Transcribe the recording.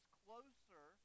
closer